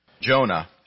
Jonah